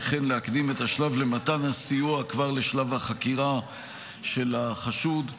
וכן להקדים את השלב למתן הסיוע כבר לשלב החקירה של החשוד,